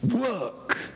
work